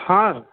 हँ